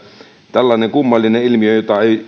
tällainen kummallinen ilmiö jota ei